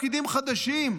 תפקידים חדשים?